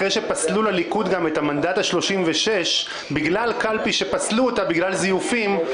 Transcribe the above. אחרי שפסלו לליכוד את המנדט ה-36 בגלל קלפי שנפסלה בגלל זיופים,